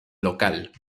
local